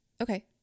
okay